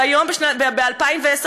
וב-2010,